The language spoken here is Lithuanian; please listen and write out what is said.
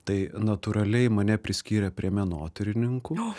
tai natūraliai mane priskyrė prie menotyrininkų